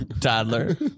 toddler